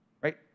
right